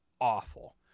awful